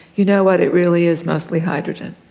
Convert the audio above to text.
you know what, it really is mostly hydrogen.